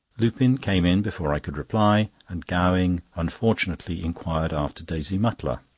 lupin came in before i could reply, and gowing unfortunately inquired after daisy mutlar.